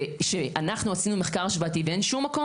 אנחנו עשינו מחקר השוואתי ואין שום מקום